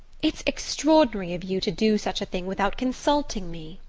it's extraordinary of you to do such a thing without consulting me!